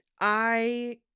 I-